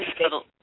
little